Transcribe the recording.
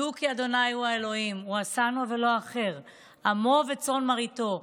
דעו כי ה' הוא אלהים הוא עשנו ולו אנחנו עמו וצאן מרעיתו.